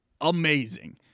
amazing